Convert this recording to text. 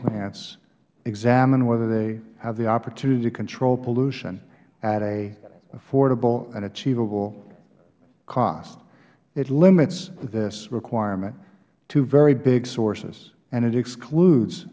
plants examine whether they have the opportunity to control pollution at an affordable and achievable cost it limits this requirement to very big sources and it excludes